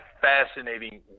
fascinating